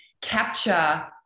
capture